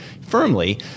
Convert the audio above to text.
firmly